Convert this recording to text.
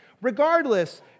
regardless